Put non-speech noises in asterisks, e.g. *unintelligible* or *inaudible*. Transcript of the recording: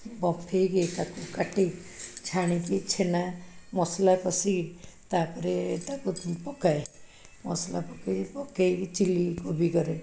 ବଫେଇକି ତାକୁ କାଟିକି ଛାଣିକି ଛେନା ମସଲା କଷି ତା'ପରେ ତାକୁ ପକାଏ ମସଲା *unintelligible* ପକାଇକି ଚିଲି କୋବି କରେ